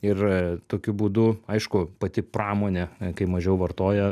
ir tokiu būdu aišku pati pramonė kai mažiau vartoja